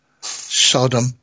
Sodom